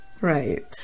right